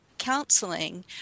counseling